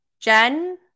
Jen